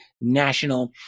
national